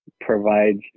provides